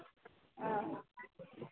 हाँ